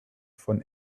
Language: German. von